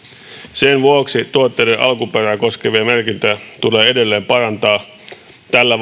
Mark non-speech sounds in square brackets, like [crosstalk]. sen vuoksi tuotteiden alkuperää koskevia merkintöjä tulee edelleen parantaa tällä [unintelligible]